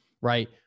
right